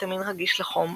הוויטמין רגיש לחום,